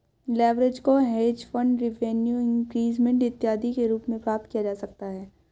leverage को hedge fund revenue increment इत्यादि के रूप में प्राप्त किया जा सकता है